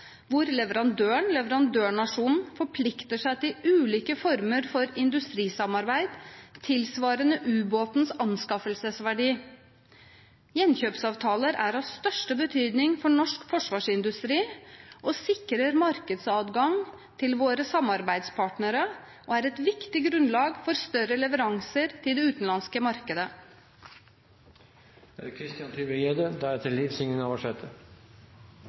hvor leverandøren/leverandørnasjonen forplikter seg til ulike former for industrisamarbeid tilsvarende ubåtens anskaffelsesverdi. Gjenkjøpsavtaler er av største betydning for norsk forsvarsindustri og sikrer markedsadgang til våre samarbeidspartnere og er et viktig grunnlag for større leveranser til det utenlandske markedet. Igjen mitt favorittema: forsvarsindustri. Jeg vil også takke saksordføreren for et solid arbeid. Videre er det